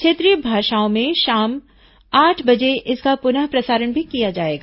क्षेत्रीय भाषाओं में शाम आठ बजे इसका पुनः प्रसारण भी किया जाएगा